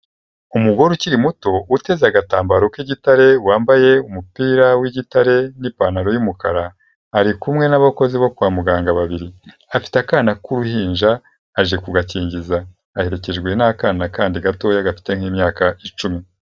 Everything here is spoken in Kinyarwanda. Umugore ukiri muto uteze agatambaro k'igitare, wambaye umupira w'igitare n'ipantaro y'umukara, ari kumwe n'abakozi bo kwa muganga babiri, afite akana k'uruhinja aje kugakingiza, aherekejwe n'akana kandi gatoya gafite nk'imyaka icumi.